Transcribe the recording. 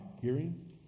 hearing